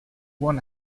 won